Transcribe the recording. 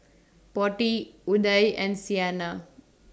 Potti Udai and Saina